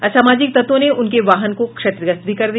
असामाजिक तत्वों ने उनके वाहन को क्षतिग्रस्त भी कर दिया